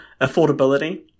Affordability